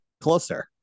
closer